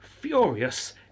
furious